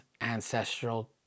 ancestral